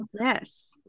Yes